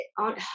on